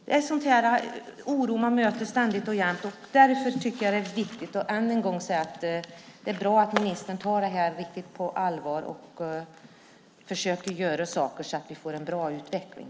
Det är sådan oro man möter ständigt och jämt. Därför är det viktigt att än en gång säga att det är bra att ministern tar denna fråga på allvar och försöker göra så att det blir en bra utveckling.